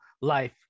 life